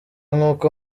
nk’uko